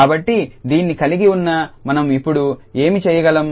కాబట్టి దీన్ని కలిగి ఉన్న మనం ఇప్పుడు ఏమి చేయగలం